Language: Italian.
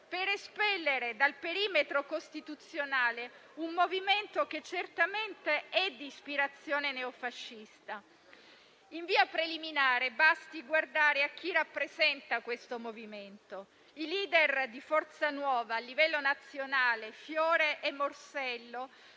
per espellere dal perimetro costituzionale un movimento che certamente è di ispirazione neofascista. In via preliminare, basti guardare a chi rappresenta questo movimento: i *leader* di Forza Nuova a livello nazionale, Fiore e Morsello,